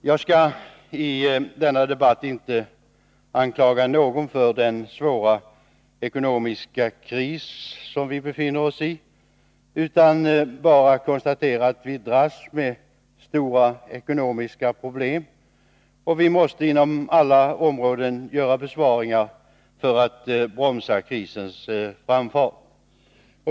Jag skall i denna debatt inte anklaga någon för den svåra ekonomiska kris som vi befinner oss i, utan bara konstatera att vi dras med stora ekonomiska problem, och vi måste inom alla områden göra besparingar för att bromsa krisens framfart.